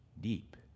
deep